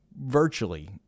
virtually